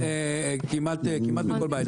כמעט בכל בית.